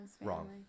Wrong